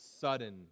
sudden